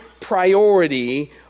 priority